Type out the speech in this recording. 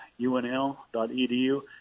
unl.edu